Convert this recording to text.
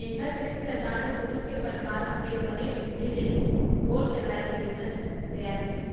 एखरे सेती सरकार ह सूरूज के परकास के बने बिजली ले बोर चलाए के योजना तइयार करिस